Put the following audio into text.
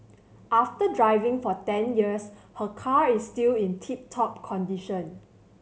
after driving for ten years her car is still in tip top condition